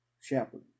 shepherd